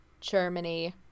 Germany